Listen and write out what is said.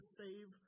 save